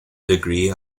degree